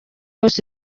bose